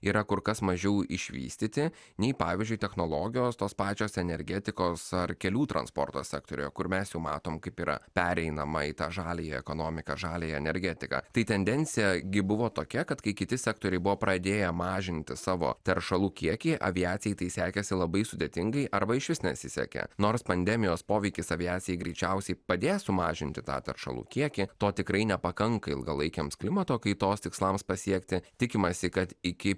yra kur kas mažiau išvystyti nei pavyzdžiui technologijos tos pačios energetikos ar kelių transporto sektoriuje kur mes jau matom kaip yra pereinama į tą žaliąją ekonomiką žaliąją energetiką tai tendencija gi buvo tokia kad kai kiti sektoriai buvo pradėję mažinti savo teršalų kiekį aviacijai tai sekėsi labai sudėtingai arba išvis nesisekė nors pandemijos poveikis aviacijai greičiausiai padės sumažinti tą teršalų kiekį to tikrai nepakanka ilgalaikiams klimato kaitos tikslams pasiekti tikimasi kad iki